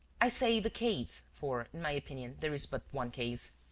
i say the case, for, in my opinion, there is but one case.